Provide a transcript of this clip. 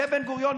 הנכון.